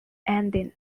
ending